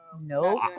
Nope